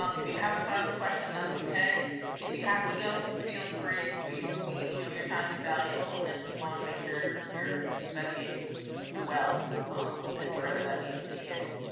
um if you haven't thought of the question. that's okay if you have to go, feel free. we we know your time is valuable, and we want to make sure you're spending it well and whatever that means to you.